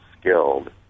skilled